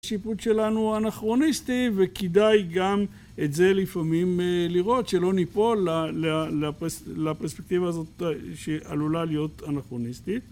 שיפוט שלנו אנכרוניסטי, וכדאי גם את זה לפעמים לראות, שלא ניפול לפרספקטיבה הזאת שעלולה להיות אנכרוניסטית.